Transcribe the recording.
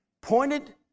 pointed